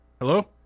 Hello